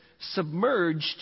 submerged